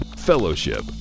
fellowship